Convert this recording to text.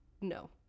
No